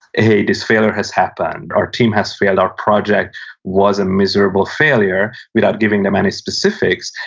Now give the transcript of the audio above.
hey, this failure has happened. our team has failed. our project was a miserable failure, without giving them any specifics,